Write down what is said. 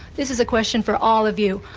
this is a question for all of you.